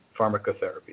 pharmacotherapy